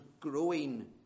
growing